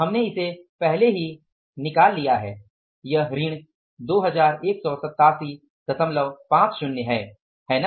हमने इसे पहले ही निकाल लिया है यह ऋण 21875 है है ना